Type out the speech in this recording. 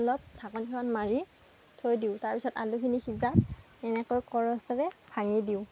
অলপ ঢাকনিখন মাৰি থৈ দিওঁ তাৰ পিছত আলুখিনি সিজাত এনেকৈ কৰছৰে ভাঙি দিওঁ